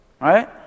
right